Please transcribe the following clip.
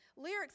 Lyrics